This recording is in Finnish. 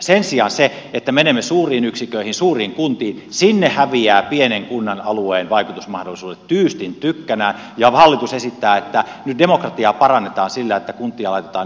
sen sijaan kun menemme suuriin yksiköihin suuriin kuntiin sinne häviävät pienen kunnan alueen vaikutusmahdollisuudet tyystin tykkänään ja hallitus esittää että nyt demokratiaa parannetaan sillä että kuntia laitetaan yhteen muodostetaan jättikuntia